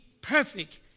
perfect